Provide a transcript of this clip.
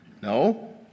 No